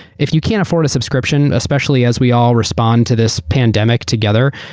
if you can't afford a subscription, especially as we all respond to this pandemic together,